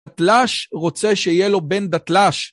דתלש רוצה שיהיה לו בן דתלש